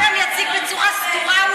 אל תדאג, את דבריי אני אציג בצורה סדורה ושקטה.